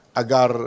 agar